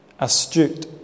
astute